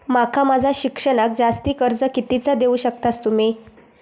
माका माझा शिक्षणाक जास्ती कर्ज कितीचा देऊ शकतास तुम्ही?